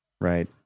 right